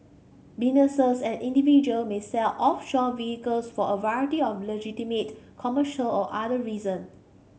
businesses and individual may set up offshore vehicles for a variety of legitimate commercial or other reason